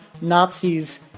Nazis